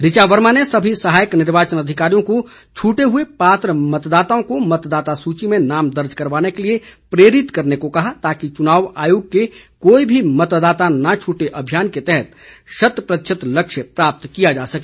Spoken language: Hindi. ऋचा वर्मा ने सभी सहायक निर्वाचन अधिकारियों को छूटे हुए पात्र मतदाताओं को मतदाता सूची में नाम दर्ज करवाने के लिए प्रेरित करने को कहा ताकि चुनाव आयोग के कोई भी मतदाता न छूटे अभियान के तहत शत प्रतिशत लक्ष्य प्राप्त किया जा सके